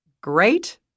great